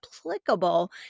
applicable